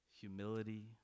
humility